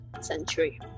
century